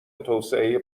توسعه